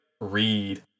Read